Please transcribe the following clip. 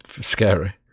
scary